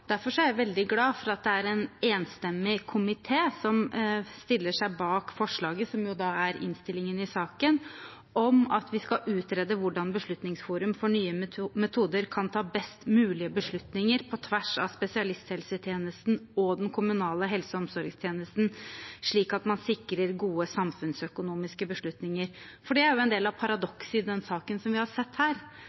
Derfor er jeg veldig glad for at det er en enstemmig komité som stiller seg bak forslaget – som da er innstillingen i saken: «Stortinget ber regjeringen utrede hvordan Beslutningsforum for nye metoder kan ta best mulige beslutninger på tvers av spesialisthelsetjenesten og den kommunale helse- og omsorgstjenesten, slik at man sikrer gode samfunnsøkonomiske beslutninger.» Det er en del av det paradokset vi har sett her i denne saken: at det er en pasientgruppe som